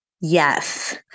Yes